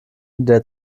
der